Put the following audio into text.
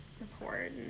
report